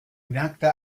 nackte